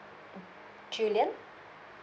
julian